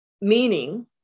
Meaning